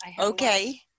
okay